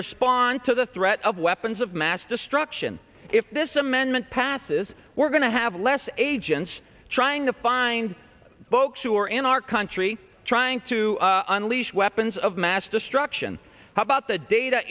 respond to the threat of weapons of mass destruction if this amendment passes we're going to have less agents trying to find bokes who are in our country trying to unleash weapons of mass destruction how about the data